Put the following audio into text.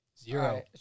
Zero